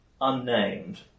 unnamed